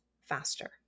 faster